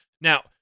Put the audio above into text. Now